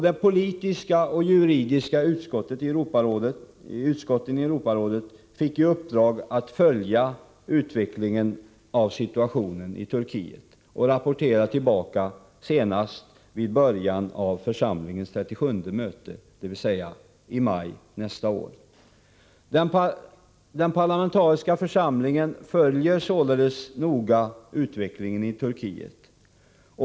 De politiska och juridiska utskotten i Europarådet fick i uppdrag att följa utvecklingen i Turkiet och lämna en rapport senast vid början av församlingens 37:e möte, dvs. i maj nästa år. Den parlamentariska församlingen följer således noga utvecklingen i Turkiet.